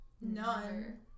None